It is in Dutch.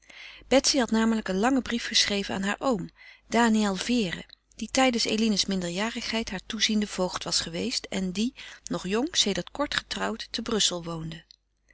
betsy had namelijk een langen brief geschreven aan haar oom daniël vere die tijdens eline's minderjarigheid haar toeziende voogd was geweest en die nog jong sedert kort getrouwd te brussel woonde